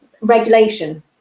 regulation